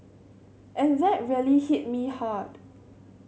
and that really hit me hard